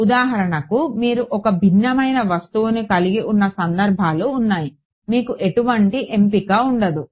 కానీ ఉదాహరణకు మీరు ఒక భిన్నమైన వస్తువును కలిగి ఉన్న సందర్భాలు ఉన్నాయి మీకు ఎటువంటి ఎంపిక ఉండదు